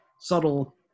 subtle